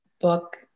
book